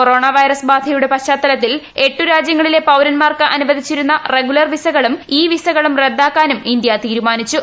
corona virus ബാധയുടെ പശ്ചാത്തലത്തിൽ എട്ട് രാജ്യങ്ങളിലെ പൌരൻമാർക്ക് അനുവദിച്ചിരുന്ന റെഗുലർ വിസകളും ഇ വിസകളും റദ്ദാക്കാനും ഇന്ത്യ തീരുമാനിച്ചു